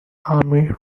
army